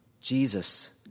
Jesus